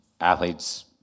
Athletes